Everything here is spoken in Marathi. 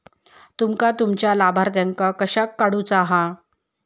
तुमका तुमच्या लाभार्थ्यांका कशाक काढुचा हा?